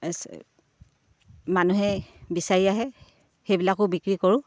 মানুহে বিচাৰি আহে সেইবিলাকো বিক্ৰী কৰোঁ